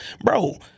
Bro